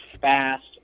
fast